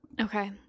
Okay